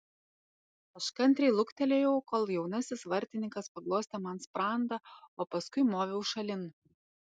aš kantriai luktelėjau kol jaunasis vartininkas paglostė man sprandą o paskui moviau šalin